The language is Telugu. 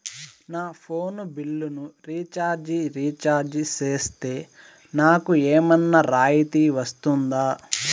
నా ఫోను బిల్లును రీచార్జి రీఛార్జి సేస్తే, నాకు ఏమన్నా రాయితీ వస్తుందా?